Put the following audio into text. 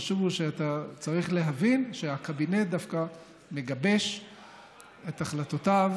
החשוב הוא שאתה צריך להבין שהקבינט דווקא מגבש את החלטותיו